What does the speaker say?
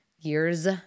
years